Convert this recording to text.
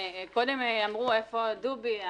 וקודם אמרו איפה דובי,